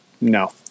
no